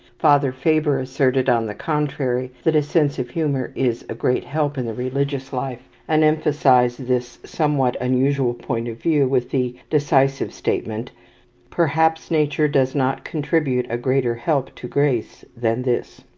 father faber asserted, on the contrary, that a sense of humour is a great help in the religious life, and emphasized this somewhat unusual point of view with the decisive statement perhaps nature does not contribute a greater help to grace than this.